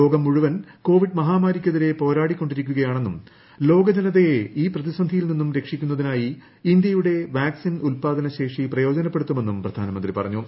ലോകം മുഴുവൻ കോവിഡ് മഹാമാരിക്കെതിരെ പോരാടിക്കൊണ്ടിരിക്കുകയാ ണെന്നും ലോക ജനതയെ ഈ പ്രതിസന്ധിയിൽ നിന്നും രക്ഷിക്കുന്നതിനായി ഇന്ത്യയുടെ വാക്ക്സിൻ ഉല്പാദന ശേഷി പ്രയോജനപ്പെടുത്തുമെന്നും പ്രധാന്ദ്രമൃന്തി പറഞ്ഞു